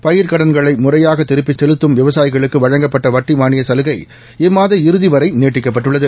பயிர்க்கடன்களைமுறையாகதிருப்பிச் செல்லும் விவாசாயிகளுக்குவழங்கப்பட்டவட்டிமானியசலுகை இம்மாதம் இறுதிவரைநீட்டிக்கப்பட்டுள்ளது